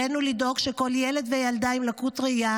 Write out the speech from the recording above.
עלינו לדאוג שכל ילד וילדה עם לקות ראייה